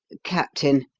captain,